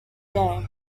day